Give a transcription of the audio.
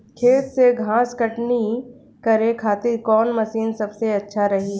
खेत से घास कटनी करे खातिर कौन मशीन सबसे अच्छा रही?